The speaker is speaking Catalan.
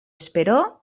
esperó